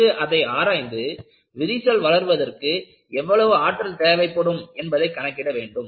பிறகு அதை ஆராய்ந்து விரிசல் வளர்வதற்கு எவ்வளவு ஆற்றல் தேவைப்படும் என்பதை கணக்கிட வேண்டும்